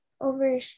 over